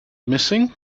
missing